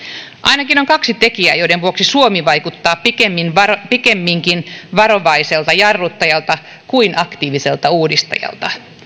ainakin on kaksi tekijää joiden vuoksi suomi vaikuttaa pikemminkin pikemminkin varovaiselta jarruttajalta kuin aktiiviselta uudistajalta